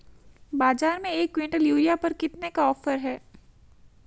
बाज़ार में एक किवंटल यूरिया पर कितने का ऑफ़र है?